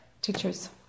Teachers